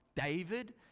David